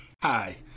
Hi